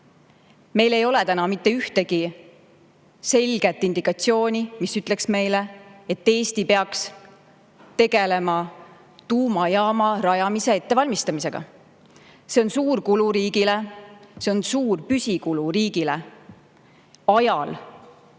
Meil ei ole mitte ühtegi selget indikatsiooni, mis ütleks meile, et Eesti peaks tegelema tuumajaama rajamise ettevalmistamisega. See on suur kulu riigile, see on suur püsikulu riigile ajal,